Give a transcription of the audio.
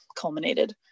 culminated